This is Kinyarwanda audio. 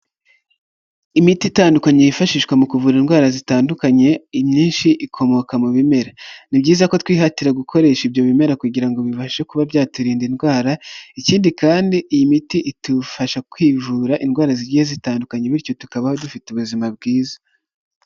Imiti itandukanye yifashishwa mu kuvura indwara zitandukanye, inyinshi ikomoka mu bimera, ni byiza ko twihatira gukoresha ibyo bimera kugira ngo bibashe kuba byaturinda indwara, ikindi kandi iyi miti itufasha kwivura indwara zigiye zitandukanye, bityo tukabaho dufite ubuzima bwiza.